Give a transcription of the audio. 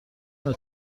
نوع